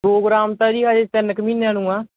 programme ਤਾਂ ਜੀ ਅਜੇ ਤਿੰਨ ਕੁ ਮਹੀਨਿਆਂ ਨੂੰ ਆ